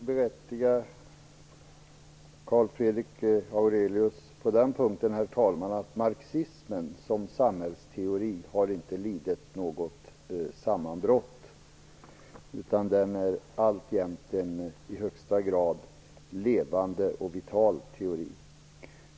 Herr talman! För det första vill jag rätta Nils Fredrik Aurelius vad gäller att marxismen som samhällsteori skulle ha lidit ett sammanbrott. Den är alltjämt en i högsta grad levande och vital teori.